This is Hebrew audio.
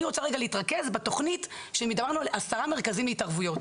אני רוצה להתרכז בתוכנית של עשרה מרכזים להתערבויות.